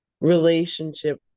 relationship